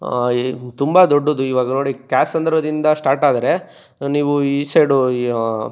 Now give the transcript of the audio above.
ತುಂಬ ದೊಡ್ಡದು ಇವಾಗ ನೋಡಿ ಕ್ಯಾತ್ಸಂದ್ರದಿಂದ ಸ್ಟಾಟಾದರೆ ನೀವು ಈ ಸೈಡು